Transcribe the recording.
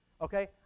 Okay